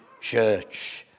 church